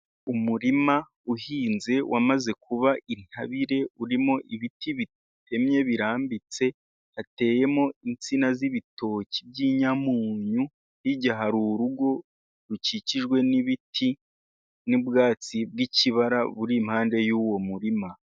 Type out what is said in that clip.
Umurima uhinze, wamaze kuba intabire, urimo ibiti bitemye, birambitse, hateyemo insina z'ibitoki by'inyamunyo, hirya hari urugo rukikijwe n'ibiti, n'ubwatsi bw'ikibara, buri impande y'uwo murima.